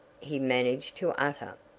he managed to utter.